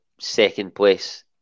second-place